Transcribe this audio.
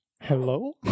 hello